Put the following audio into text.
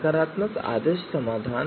नकारात्मक आदर्श समाधान